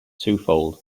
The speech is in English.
twofold